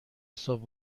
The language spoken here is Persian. حساب